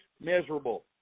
miserable